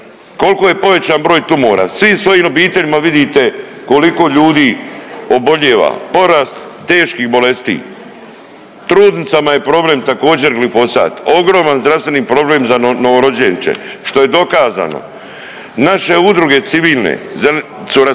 koliko je povećan broj tumora, svi svojim obiteljima vidite koliko ljudi obolijeva, porast teških bolesti. Trudnicama je problem također, glifosat, ogroman zdravstveni problem za novorođenče, što je dokazano. Naše udruge civilne .../Govornik